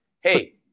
Hey